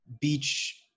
beach